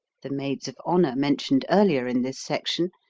the maids of honor mentioned earlier in this section,